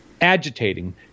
agitating